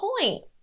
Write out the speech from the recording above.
point